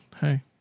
hey